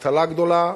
אבטלה גדולה.